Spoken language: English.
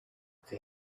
they